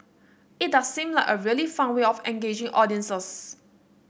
it does seem like a really fun way of engaging audiences